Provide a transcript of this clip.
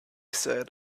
said